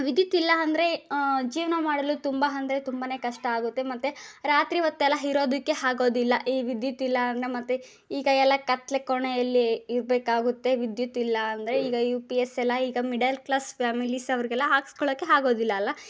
ವಿದ್ಯುತ್ ಇಲ್ಲ ಅಂದ್ರೆ ಜೀವನ ಮಾಡಲು ತುಂಬ ಅಂದ್ರೆ ತುಂಬಾ ಕಷ್ಟ ಆಗುತ್ತೆ ಮತ್ತೆ ರಾತ್ರಿ ಹೊತ್ತೆಲ್ಲ ಇರೋದಕ್ಕೆ ಆಗೋದಿಲ್ಲ ಈ ವಿದ್ಯುತ್ ಇಲ್ಲ ಅಂದರೆ ಮತ್ತೆ ಈಗ ಎಲ್ಲ ಕತ್ತಲೆ ಕೋಣೆಯಲ್ಲಿ ಇರಬೇಕಾಗುತ್ತೆ ವಿದ್ಯುತ್ ಇಲ್ಲ ಅಂದರೆ ಈಗ ಯು ಪಿ ಎಸ್ ಎಲ್ಲ ಈಗ ಮಿಡಲ್ ಕ್ಲಾಸ್ ಫ್ಯಾಮಿಲೀಸ್ ಅವರಿಗೆಲ್ಲ ಹಾಕ್ಸ್ಕೊಳ್ಳೋಕೆ ಆಗೋದಿಲ್ಲ ಅಲ್ಲ